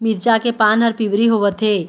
मिरचा के पान हर पिवरी होवथे?